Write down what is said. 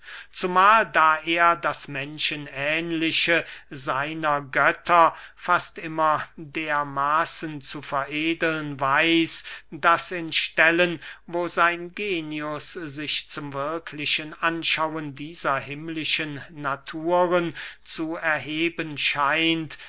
zumahl da er das menschenähnliche seiner götter fast immer dermaßen zu veredeln weiß daß in stellen wo sein genius sich zum wirklichen anschauen dieser himmlischen naturen zu erheben scheint